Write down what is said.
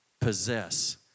possess